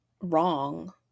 wrong